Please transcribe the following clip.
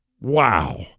Wow